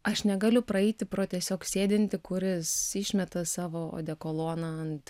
aš negaliu praeiti pro tiesiog sėdintį kuris išmeta savo odekoloną ant